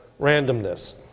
randomness